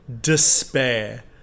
despair